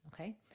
okay